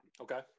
Okay